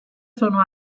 sono